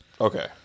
Okay